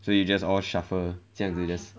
so you just all shuffle 这样子 just